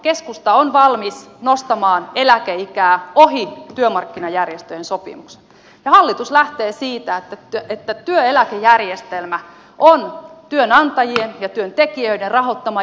keskusta on valmis nostamaan eläkeikää ohi työmarkkinajärjestöjen sopimuksen ja hallitus lähtee siitä että työeläkejärjestelmä on työnantajien ja työntekijöiden rahoittama järjestelmä